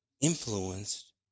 influenced